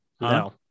No